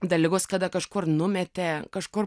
dalykus kada kažkur numetė kažkur